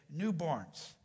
newborns